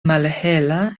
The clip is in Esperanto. malhela